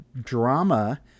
drama